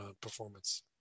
performance